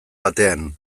batean